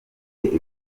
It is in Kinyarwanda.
ufite